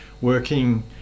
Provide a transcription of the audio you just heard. working